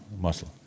Muscle